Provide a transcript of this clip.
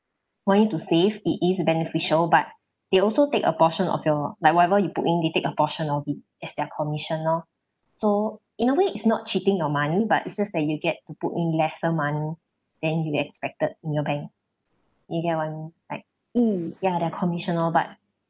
want you to save it is beneficial but they also take a portion of your like whatever you put in they take a portion of it as their commission orh so in a way it's not cheating your money but it's just that you get to put in lesser money than you expected in your bank you get what I mean like uh ya their commission all but